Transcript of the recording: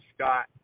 Scott